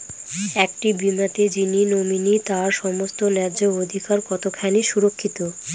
একটি বীমাতে যিনি নমিনি তার সমস্ত ন্যায্য অধিকার কতখানি সুরক্ষিত?